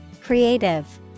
Creative